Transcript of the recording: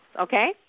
Okay